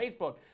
Facebook